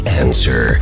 answer